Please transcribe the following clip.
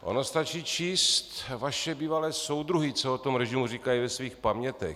Ono stačí číst vaše bývalé soudruhy, co o tom režimu říkají ve svých pamětech.